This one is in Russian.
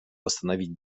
восстановить